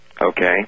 Okay